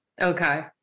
Okay